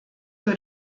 für